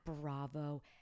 Bravo